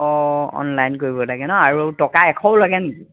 অঁ অনলাইন কৰিব লাগে ন আৰু টকা এশও লাগে নি